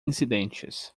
incidentes